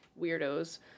weirdos